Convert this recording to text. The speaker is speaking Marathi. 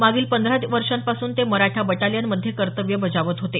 मागील पंधरा वर्षांपासून ते मराठा बटालीयनमध्ये कर्तव्य बजावत होते